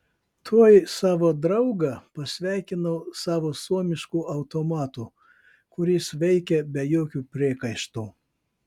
tuoj savo draugą pasveikinau savo suomišku automatu kuris veikė be jokių priekaištų